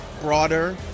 broader